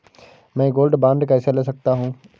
मैं gold bond कैसे ले सकता हूँ?